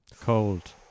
Cold